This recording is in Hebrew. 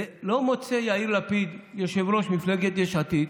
ולא מוצא יאיר לפיד, יושב-ראש מפלגת יש עתיד,